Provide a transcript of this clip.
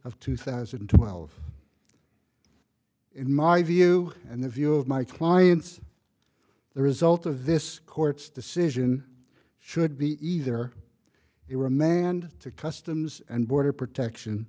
of two thousand and twelve in my view and the view of my clients the result of this court's decision should be either they were manned to customs and border protection